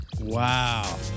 Wow